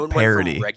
parody